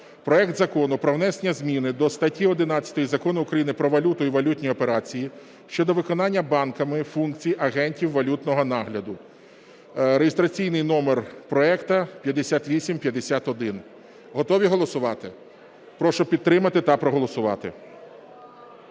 проект Закону про внесення зміни до статті 11 Закону України "Про валюту і валютні операції" щодо виконання банками функцій агентів валютного нагляду (реєстраційний номер проекту 5851). Готові голосувати? Прошу підтримати та проголосувати.